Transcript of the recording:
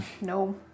No